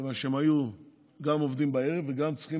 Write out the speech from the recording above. מכיוון שהם גם היו עובדים בערב וגם צריכים